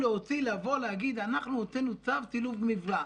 להגיד אנחנו הוצאנו צו סילוק מפגע.